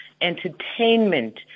entertainment